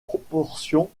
proportions